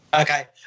Okay